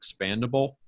expandable